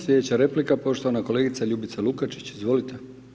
Slijedeća replika poštovana kolegica Ljubica Lukačić, izvolite.